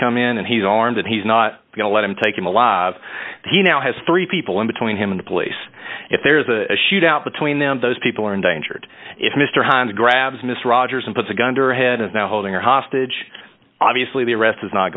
come in and he's armed and he's not going to let him take him alive he now has three people in between him and police if there's a shootout between them those people are endangered if mr hines grabs miss rogers and puts a gun to her head and now holding her hostage obviously the arrest is not